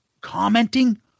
commenting